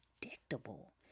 predictable